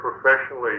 professionally